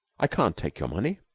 i can't take your money.